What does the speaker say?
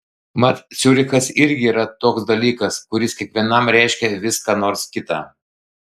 mat ciurichas irgi yra toks dalykas kuris kiekvienam reiškia vis ką nors kita